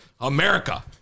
America